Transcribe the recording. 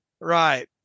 Right